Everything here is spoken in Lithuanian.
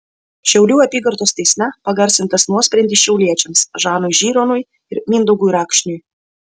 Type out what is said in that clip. šiaulių apygardos teisme pagarsintas nuosprendis šiauliečiams žanui žironui ir mindaugui rakšniui